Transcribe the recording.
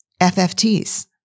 FFTs